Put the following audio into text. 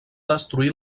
destruir